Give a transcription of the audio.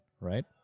right